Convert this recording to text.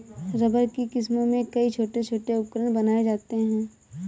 rubber की किस्मों से कई छोटे छोटे उपकरण बनाये जाते हैं